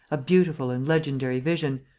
a beautiful and legendary vision,